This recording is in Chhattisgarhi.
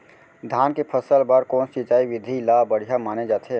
धान के फसल बर कोन सिंचाई विधि ला बढ़िया माने जाथे?